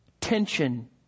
tension